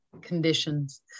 conditions